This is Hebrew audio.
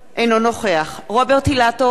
אינו נוכח רוברט אילטוב,